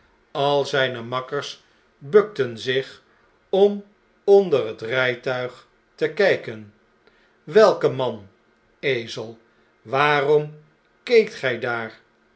het rijtuig alzflnemakkers bukten zich om onder het rijtuig tekijken welke man ezel waarom keekt gij daar